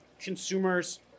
consumers